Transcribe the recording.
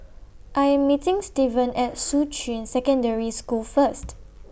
I Am meeting Steven At Shuqun Secondary School First